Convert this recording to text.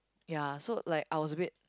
ya so like I was a bit